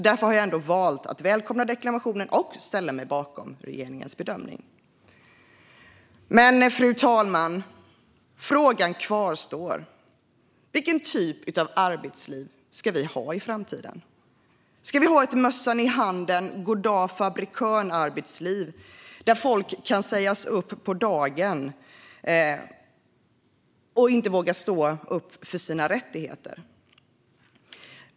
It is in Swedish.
Därför har jag ändå valt att välkomna deklarationen och ställa mig bakom regeringens bedömning. ILO:s hundraårs-deklaration för framtidens arbetsliv Men, fru talman, frågorna kvarstår: Vilken typ av arbetsliv ska vi ha i framtiden? Ska vi ha ett mössan-i-handen-goddag-fabrikören-arbetsliv där folk kan sägas upp på dagen och inte vågar stå upp för sina rättigheter?